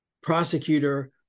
prosecutor